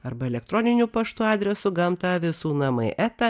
arba elektroniniu paštu adresu gamta visų namai eta